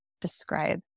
describe